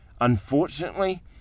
Unfortunately